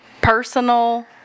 personal